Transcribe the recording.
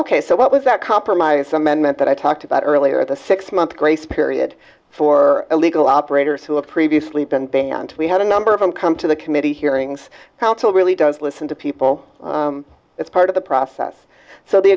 ok so what was that compromise amendment that i talked about earlier the six month grace period for illegal operators who have previously been banned we had a number of them come to the committee hearings counsel really does listen to people as part of the process so the